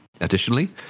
Additionally